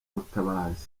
butabazi